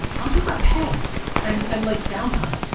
i'm talk about pay and and like downtime.